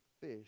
fish